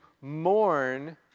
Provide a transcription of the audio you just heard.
mourn